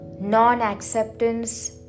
non-acceptance